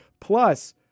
plus